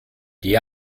die